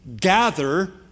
gather